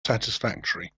satisfactory